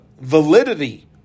validity